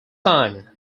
time